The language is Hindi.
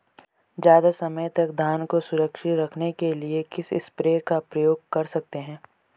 ज़्यादा समय तक धान को सुरक्षित रखने के लिए किस स्प्रे का प्रयोग कर सकते हैं?